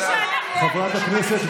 חבריי,